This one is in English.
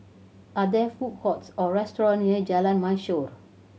are there food courts or restaurant near Jalan Mashor